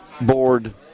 board